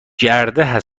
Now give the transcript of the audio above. دارم